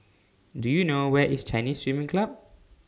Do YOU know Where IS Chinese Swimming Club